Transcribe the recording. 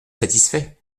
satisfait